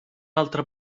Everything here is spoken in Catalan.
altre